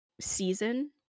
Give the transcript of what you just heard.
season